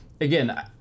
again